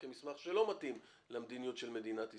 כמסמך שלא מתאים למדיניות של מדינת ישראל.